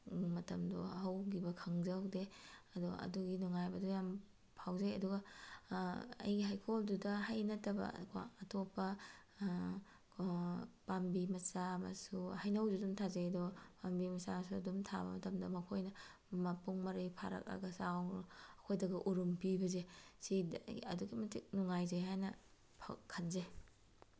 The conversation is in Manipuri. ꯃꯇꯝꯗꯣ ꯍꯧꯈꯤꯕ ꯈꯪꯖꯍꯧꯗꯦ ꯑꯗꯣ ꯑꯗꯨꯒꯤ ꯅꯨꯡꯉꯥꯏꯕꯗꯣ ꯌꯥꯝ ꯐꯥꯎꯖꯩ ꯑꯗꯨꯒ ꯑꯩꯒꯤ ꯍꯩꯀꯣꯜꯗꯨꯗ ꯍꯩ ꯅꯠꯇꯕꯀꯣ ꯑꯇꯣꯞꯄ ꯄꯥꯝꯕꯤ ꯃꯆꯥ ꯃꯁꯨ ꯍꯩꯅꯧꯁꯨ ꯑꯗꯨꯝ ꯊꯥꯖꯩ ꯑꯗꯣ ꯄꯥꯝꯕꯤ ꯃꯆꯥꯁꯨ ꯑꯗꯨꯝ ꯊꯥꯕ ꯃꯇꯝꯗ ꯃꯈꯣꯏꯅ ꯃꯄꯨꯡ ꯃꯔꯩ ꯐꯥꯔꯛꯑꯒ ꯆꯥꯎꯅ ꯑꯩꯈꯣꯏꯗꯒ ꯎꯔꯨꯝ ꯄꯤꯕꯁꯦ ꯁꯤ ꯑꯩ ꯑꯗꯨꯛꯀꯤ ꯃꯇꯤꯛ ꯅꯨꯡꯉꯥꯏꯖꯩ ꯍꯥꯏꯅ ꯈꯟꯖꯩ